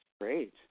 Great